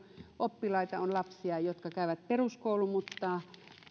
oppilaita on lapsia jotka käyvät peruskoulun mutta